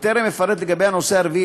בטרם אפרט לגבי הנושא הרביעי,